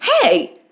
Hey